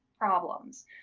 problems